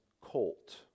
colt